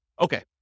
Okay